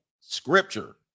scripture